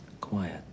Quiet